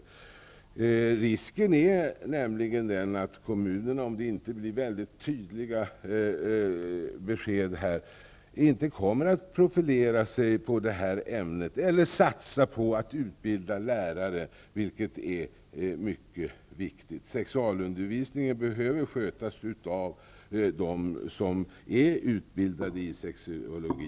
Om beskeden från regeringen inte är väldigt tydliga, är risken nämligen väldigt stor att kommunerna inte kommer att profilera sig på detta ämne. Risken är också stor att de inte kommer att satsa på att utbilda lärare, något som är mycket viktigt. Sexualundervisningen behöver skötas av dem som är utbildade i sexologi.